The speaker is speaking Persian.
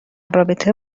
رابطه